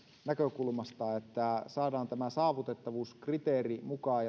näkökulmasta että saadaan tämä saavutettavuuskriteeri mukaan